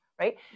right